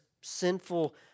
sinful